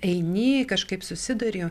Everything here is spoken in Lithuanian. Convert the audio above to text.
eini kažkaip susiduri